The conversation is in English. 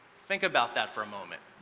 think about that for a moment.